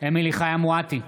אמילי חיה מואטי,